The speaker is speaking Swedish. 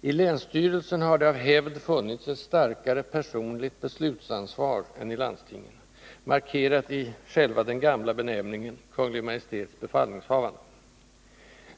I länsstyrelsen har det av hävd funnits ett starkare personligt beslutsansvar än i landstingen — markerat i själva den gamla benämningen ”Kungl. Maj:ts befallningshavande”.